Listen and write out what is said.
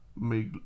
make